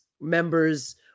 members